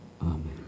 Amen